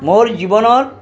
মোৰ জীৱনত